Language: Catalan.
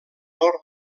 nord